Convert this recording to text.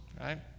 right